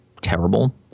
terrible